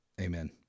Amen